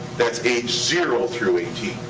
that's age zero through eighteen.